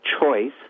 choice